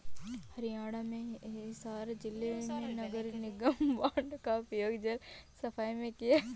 हरियाणा में हिसार जिले में नगर निगम बॉन्ड का उपयोग जल सफाई में किया गया